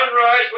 sunrise